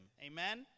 Amen